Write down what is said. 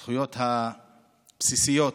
הזכויות הבסיסיות